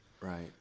Right